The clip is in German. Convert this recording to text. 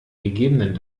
gegebenen